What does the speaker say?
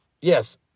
yes